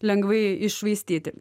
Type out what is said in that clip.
lengvai iššvaistyti